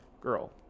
girl